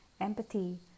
empathy